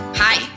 hi